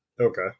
Okay